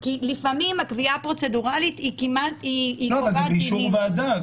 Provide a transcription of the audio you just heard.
כי לפעמים הקביעה הפרוצדורלית היא --- אבל זה באישור ועדה.